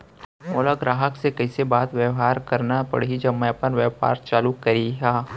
मोला ग्राहक से कइसे बात बेवहार करना पड़ही जब मैं अपन व्यापार चालू करिहा?